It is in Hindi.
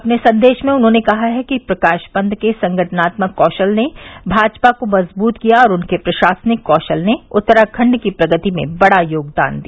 अपने संदेश में उन्होंने कहा है कि प्रकाश पंत के संगठनात्मक कौशल ने भाजपा को मजबूत किया और उनके प्रशासनिक कौशल ने उत्तराखण्ड की प्रगति में बड़ा योगदान दिया